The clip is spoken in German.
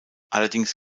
allerdings